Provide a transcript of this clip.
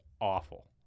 awful